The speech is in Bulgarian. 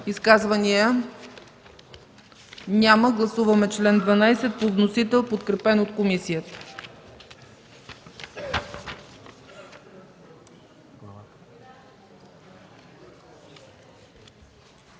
Изказвания? Няма. Гласуваме чл. 12 по вносител, подкрепен от комисията.